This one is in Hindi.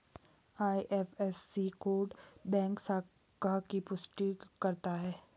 आई.एफ.एस.सी कोड बैंक शाखाओं की पुष्टि करता है